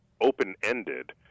open-ended